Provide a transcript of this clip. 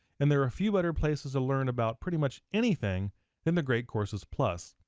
and there are few better places to learn about pretty much anything than the great courses plus.